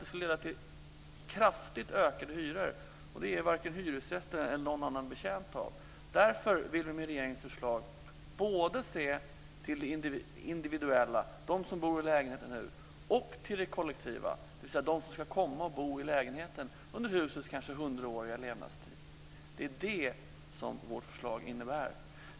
Det skulle leda till kraftigt ökade hyror, och det är varken hyresgästen eller någon annan betjänt av. Därför vill vi med regeringens förslag både se till det individuella - till dem som bor i lägenheten nu - och till det kollektiva - till dem som ska komma att bo i lägenheten under husets kanske 100-åriga existens. Det är det vårt förslag innebär.